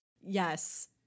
yes